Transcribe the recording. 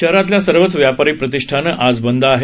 शहरातील सर्वच व्यापारी प्रतिष्ठानं आज बंद आहेत